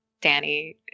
Danny